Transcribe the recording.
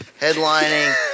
Headlining